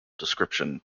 description